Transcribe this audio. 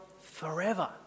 forever